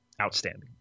outstanding